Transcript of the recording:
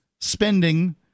spending